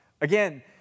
Again